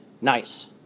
Nice